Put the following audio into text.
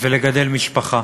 ולגדל משפחה?